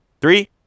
Three